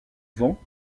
vent